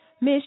Miss